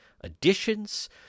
additions